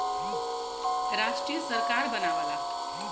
राष्ट्रीय सरकार बनावला